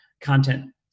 content